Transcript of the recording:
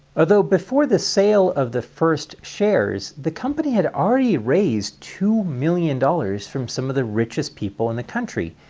although, before the sale of the first shares, the company had already raised two million dollars from some of the richest people in the country,